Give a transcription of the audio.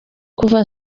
kuva